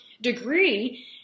degree